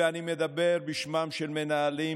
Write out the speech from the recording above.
ואני מדבר בשמם של מנהלים,